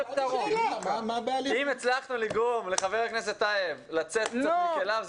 אם הצלחנו לגרום לחבר הכנסת טייב לצאת קצת מכליו,